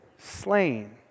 Slain